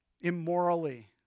immorally